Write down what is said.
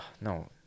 no